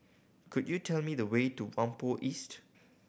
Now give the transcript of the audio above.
could you tell me the way to Whampoa East